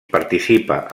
participa